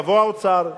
יבוא האוצר,